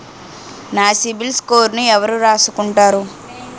నా సిబిల్ స్కోరును ఎవరు రాసుకుంటారు